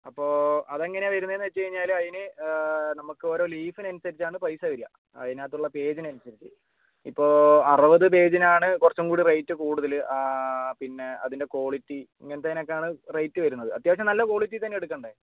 അപ്പോൾ അതെങ്ങെനെയാണ് വരുന്നതെന്ന് വെച്ചുകഴിഞ്ഞാൽ അതിന് നമുക്കോരോ ലീഫിന് അനുസരിച്ചാണ് പൈസ വരുക അതിനകത്തുള്ള പേജിനനുസരിച്ച് ഇപ്പോൾ അറുപത് പേജിനാണ് കുറച്ചുംകൂടി റേറ്റ് കൂടുതൽ പിന്നെ അതിൻ്റെ ക്വാളിറ്റി ഇങ്ങനെത്തേതിനൊക്കെയാണ് റേറ്റ് വരുന്നത് അത്യാവശ്യം നല്ല ക്വാളിറ്റിയിൽ തന്നെ എടുക്കേണ്ടേ